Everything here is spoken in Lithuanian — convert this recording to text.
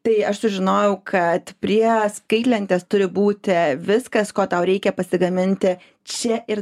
tai aš sužinojau kad prie skaitlentės turi būti viskas ko tau reikia pasigaminti čia ir